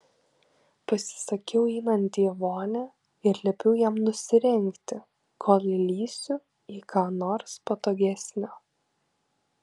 pasisakiau einanti į vonią ir liepiau jam nusirengti kol įlįsiu į ką nors patogesnio